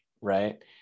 right